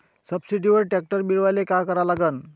सबसिडीवर ट्रॅक्टर मिळवायले का करा लागन?